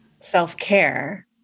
self-care